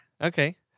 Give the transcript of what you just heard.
Okay